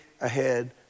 ahead